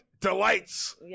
Delights